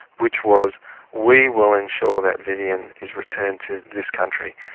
which was we will ensure that vivian is returned to this country,